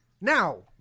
Now